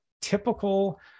typical